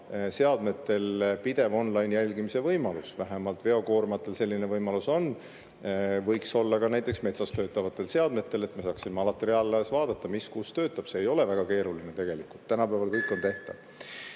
olema seadmetel pidevonline-jälgimise võimalus. Vähemalt veokoormatel selline võimalus on, võiks olla näiteks metsas töötavatel seadmetel, et me saaksime alati reaalajas vaadata, mis kus töötab. See ei ole väga keeruline tegelikult, tänapäeval on kõik tehtav.